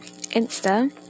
Insta